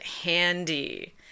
handy